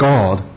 God